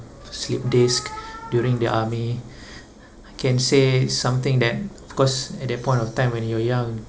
slipped disc during the army can say something that of course at that point of time when you are young